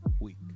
week